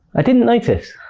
i didn't notice.